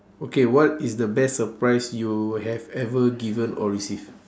okay what is the best surprise you have ever given or received